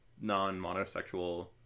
non-monosexual